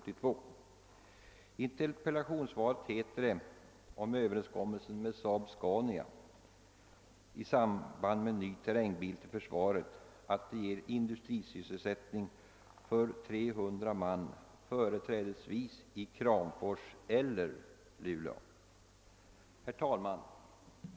I interpellationssvaret hette det om överenskommelsen med SAAB-Scania ; samband med en ny terrängbil till försvaret att den ger industrisysselsättning för 300 man, företrädesvis i Kramfors eller Luleå.